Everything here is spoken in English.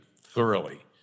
thoroughly